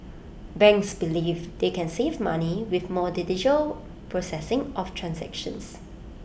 banks believe they can save money with more digital processing of transactions